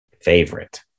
Favorite